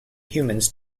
humans